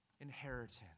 inheritance